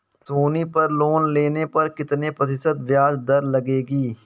सोनी पर लोन लेने पर कितने प्रतिशत ब्याज दर लगेगी?